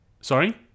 sorry